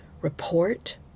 Report